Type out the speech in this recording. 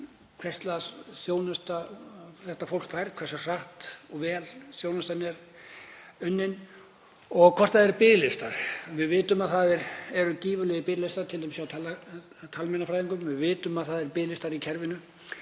þjónustu þetta fólk fær, hversu hratt og vel þjónustan er veitt og hvort það eru biðlistar. Við vitum að það eru gífurlegir biðlistar hjá talmeinafræðingum og við vitum að það eru biðlistar í kerfinu.